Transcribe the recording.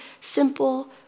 simple